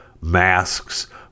masks